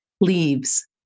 LEAVES